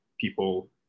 people